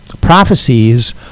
prophecies